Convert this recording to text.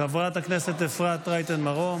חברת הכנסת אפרת רייטן מרום,